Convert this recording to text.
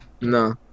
No